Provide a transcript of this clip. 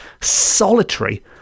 solitary